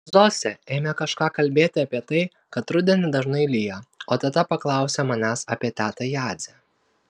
zosė ėmė kažką kalbėti apie tai kad rudenį dažnai lyja o teta paklausė manęs apie tetą jadzę